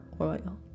oil